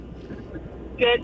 Good